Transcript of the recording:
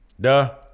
duh